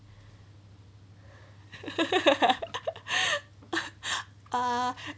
uh